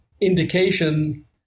indication